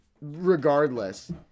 regardless